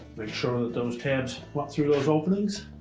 make sure that those tabs lock through those openings